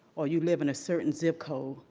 or you live in a certain zip code,